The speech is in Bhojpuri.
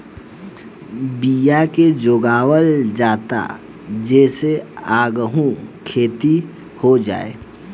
बिया के जोगावल जाता जे से आगहु खेती हो जाए